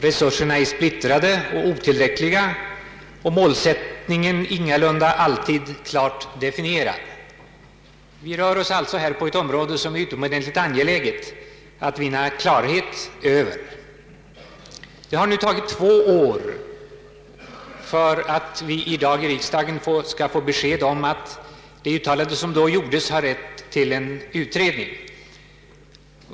Resurserna är splittrade och otillräckliga och målsättningen ingalunda alltid klart definierad. Vi rör oss alltså här på ett område som det är utomordentligt angeläget att vinna klarhet över. Det har nu tagit två år för att vi i dag i riksdagen skall få besked om att det uttalande som då gjordes har lett till en utredning.